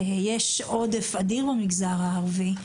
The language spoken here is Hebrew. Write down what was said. יש עודף אדיר במגזר הערבי.